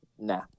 Nah